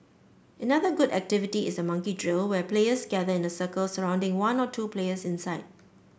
another good activity is the monkey drill where players gather in a circle surrounding one or two players inside